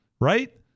right